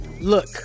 Look